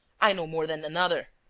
i no more than another.